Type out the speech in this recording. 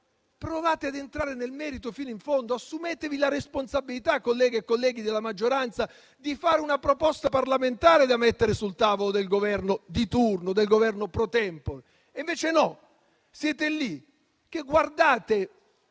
provate ad entrare nel merito fino in fondo; assumetevi la responsabilità, colleghe e colleghi della maggioranza, di fare una proposta parlamentare da mettere sul tavolo del Governo di turno, del Governo *pro tempore*. Invece no: siete lì che guardate,